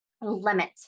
limit